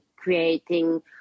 Creating